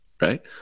right